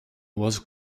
was